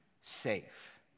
safe